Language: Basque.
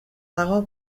dago